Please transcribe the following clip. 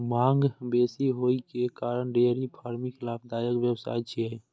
मांग बेसी होइ के कारण डेयरी फार्मिंग लाभदायक व्यवसाय छियै